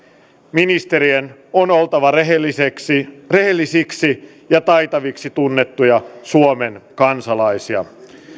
ministerien on oltava rehellisiksi rehellisiksi ja taitaviksi tunnettuja suomen kansalaisia